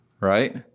right